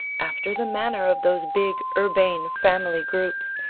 after the manner of those big, urbane, family groups,